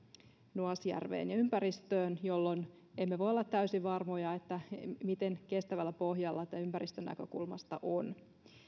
nuasjärveen ja ympäristöön jolloin emme voi olla täysin varmoja miten kestävällä pohjalla tämä ympäristönäkökulmasta on